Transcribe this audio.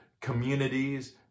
communities